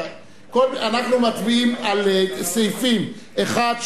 אנחנו מצביעים על סעיפים 1,